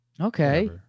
Okay